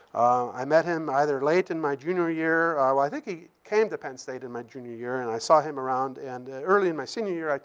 i met him either late in my junior year i think he came to penn state in my junior year. and i saw him around. and early in my senior year,